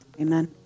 Amen